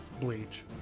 Bleach